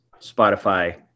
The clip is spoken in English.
Spotify